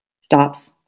Stops